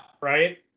Right